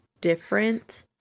different